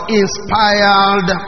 inspired